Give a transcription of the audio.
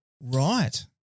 Right